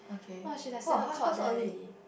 !wah! she like seven o-clock there already